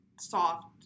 soft